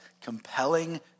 compelling